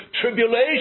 tribulation